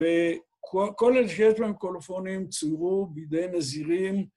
‫וכל אלה שיש להם קולופונים ‫צוירו בידי נזירים.